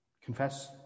Confess